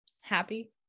Happy